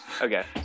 Okay